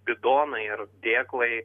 bidonai ir dėklai